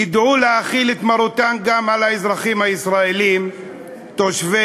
ידעו להחיל את מרותן גם על האזרחים הישראלים תושבי